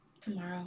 tomorrow